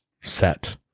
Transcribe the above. set